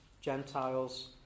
Gentiles